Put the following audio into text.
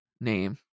name